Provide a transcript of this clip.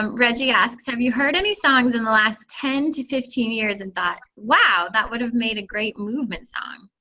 um reggie asks, have you heard any songs in the last ten to fifteen years, and thought, wow, that would have made a great move song?